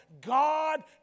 God